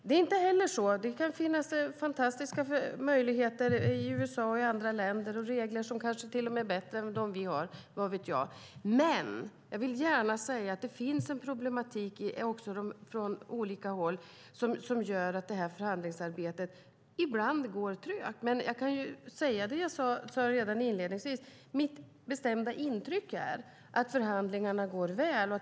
Det kan i USA och andra länder finnas fantastiska möjligheter och regler som kanske till och med är bättre än de vi har, vad vet jag. Men det finns en problematik på olika håll som gör att detta förhandlingsarbete ibland går trögt. Som jag sade inledningsvis är dock mitt bestämda intryck att förhandlingarna går väl.